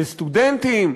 לסטודנטים,